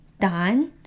done